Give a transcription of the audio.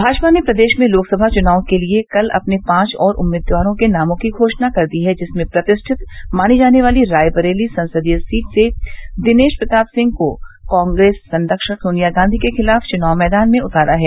भाजपा ने प्रदेश में लोकसभा चुनाव के लिये कल अपने पांच और उम्मीदवारों के नामों की घोषणा कर दी है जिसमें प्रतिष्ठित मानी जाने वाली रायबरेली संसदीय सीट से दिनेश प्रताप सिंह को कांग्रेस संरक्षक सोनिया गांधी के खिलाफ चुनाव मैदान में उतारा है